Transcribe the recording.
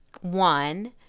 one